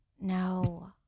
No